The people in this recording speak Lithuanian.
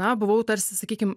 na buvau tarsi sakykim